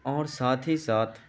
اور ساتھ ہی ساتھ